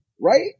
right